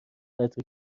قدر